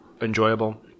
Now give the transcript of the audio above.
enjoyable